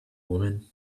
woman